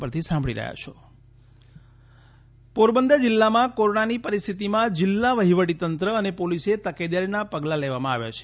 પોરબંદર પોરબંદર જિલ્લામાં કોરોનાની પરિસ્થિતિમાં જિલ્લા વહીવટીતંત્ર અને પોલીસે તકેદારીના પગલાં લેવામાં આવ્યા છે